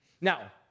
Now